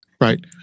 Right